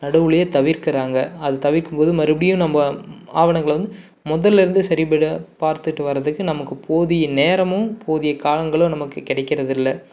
நடுவிலயே தவிர்க்குறாங்க அது தவிர்க்கும் போது மறுபடியும் நம்ம ஆவணங்களை வந்து முதலேருந்து சரி பட பார்த்துட்டு வரதுக்கு நமக்கு போதிய நேரமும் போதிய காலங்களும் நமக்கு கிடைக்கிறதில்ல